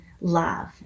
love